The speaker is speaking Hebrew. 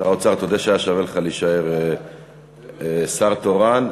שר האוצר, תודה שהיה לך שווה להישאר שר תורן.